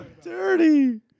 dirty